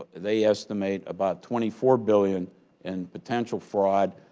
they estimate about twenty four billion in potential fraud.